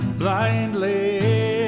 blindly